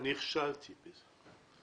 נכשלתי בזה.